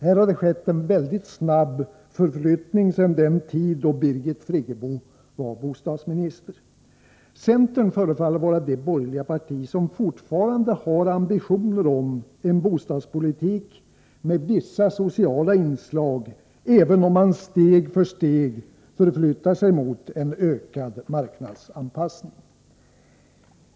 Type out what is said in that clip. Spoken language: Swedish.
Här har det skett en väldigt snabb förflyttning sedan den tid då Birgit Friggebo var bostadsminister. Centern förefaller vara det borgerliga parti som fortfarande har ambitionen att föra en bostadspolitik med vissa sociala inslag, även om man steg för steg förflyttar sig mot en ökad marknadsanpassning.